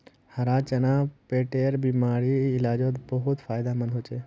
हरा चना पेटेर बिमारीर इलाजोत बहुत फायदामंद होचे